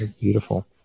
beautiful